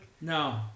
No